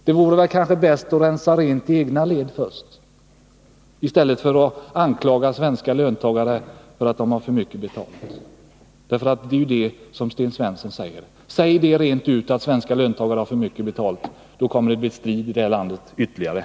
Det vore bäst om man först rensade rent i de egna leden i stället för att anklaga svenska löntagare för att de har för mycket betalt. Det är ju det Sten Svensson säger. Säg rent ut att ni tycker att svenska löntagare har för mycket betalt! Då kommer det att bli ytterligare strid i det här landet.